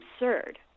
absurd